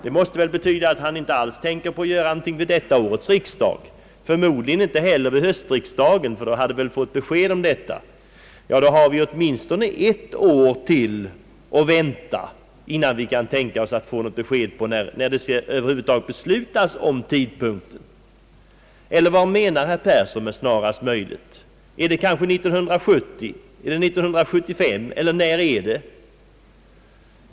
Det måste väl betyda att han inte tänker avge något förslag till detta års riksdag, förmodligen inte ens till höstriksdagen, ty då hade vi väl fått besked om det. Då har vi alltså åtminstone ett år till att vänta, innan vi kan tänka oss att få ett besked eller ett beslut om tidpunkten. Vad menar alltså herr Persson med »snarast möjligt»? Är det kanske 1970? Är det 1975, eller när är det?